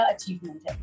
achievement